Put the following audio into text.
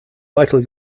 likely